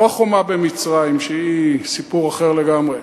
לא החומה במצרים, שהיא סיפור אחר לגמרי.